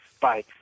Bye